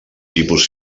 tipus